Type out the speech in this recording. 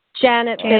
Janet